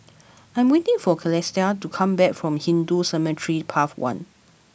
I am waiting for Calista to come back from Hindu Cemetery Path one